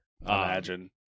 imagine